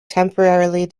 temporarily